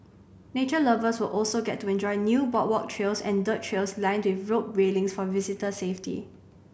nature lovers will also get to enjoy new boardwalk trails and dirt trails lined with rope railings for visitor safety